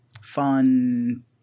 fun